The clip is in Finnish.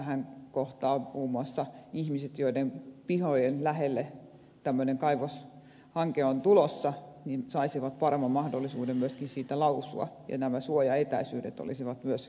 tässähän muun muassa ihmiset joiden pihojen lähelle tämmöinen kaivoshanke on tulossa saisivat paremman mahdollisuuden myöskin siitä lausua ja nämä suojaetäisyydet olisivat myös kasvamassa